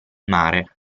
mare